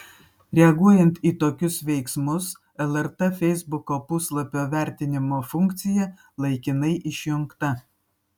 reaguojant į tokius veiksmus lrt feisbuko puslapio vertinimo funkcija laikinai išjungta